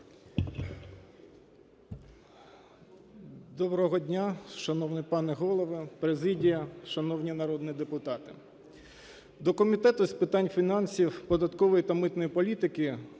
Доброго дня, шановний пане Голово, президія, шановні народні депутати! До Комітету з питань фінансів, податкової та митної політики